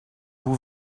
vous